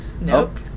Nope